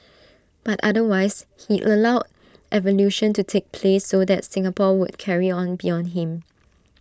but otherwise he allowed evolution to take place so that Singapore would carry on beyond him